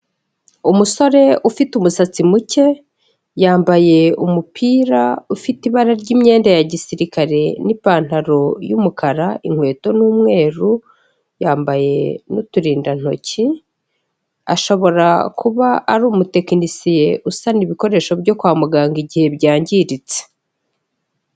Umusore ufite umusatsi muke, yambaye umupira ufite ibara ry'imyenda ya gisirikare n'ipantaro y'umukara, inkweto ni umweru, yambaye n'uturindantoki, ashobora kuba ari umutekenisiye usana ibikoresho byo kwa muganga igihe byangiritse.